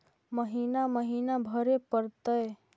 महिना महिना भरे परतैय?